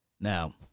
now